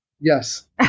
Yes